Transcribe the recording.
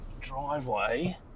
driveway